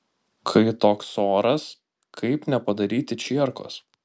kai toks oras kaip nepadaryti čierkos